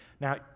Now